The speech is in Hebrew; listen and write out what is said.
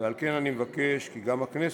ועל כן אני מבקש כי גם הכנסת